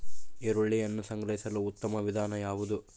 ಈರುಳ್ಳಿಯನ್ನು ಸಂಗ್ರಹಿಸಲು ಉತ್ತಮ ವಿಧಾನ ಯಾವುದು?